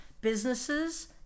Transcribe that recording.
businesses